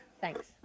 Thanks